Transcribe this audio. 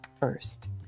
first